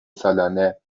سالانه